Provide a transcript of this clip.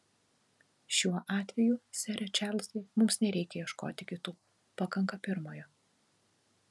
šiuo atveju sere čarlzai mums nereikia ieškoti kitų pakanka pirmojo